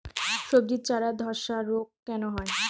সবজির চারা ধ্বসা রোগ কেন হয়?